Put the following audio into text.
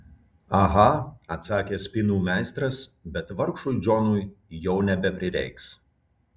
aha atsakė spynų meistras bet vargšui džonui jo nebeprireiks